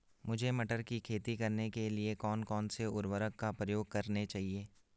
मुझे मटर की खेती करने के लिए कौन कौन से उर्वरक का प्रयोग करने चाहिए?